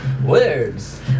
Words